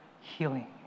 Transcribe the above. healing